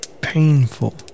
painful